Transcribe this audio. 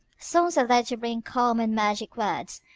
songs are there to bring calm, and magic words.